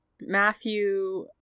Matthew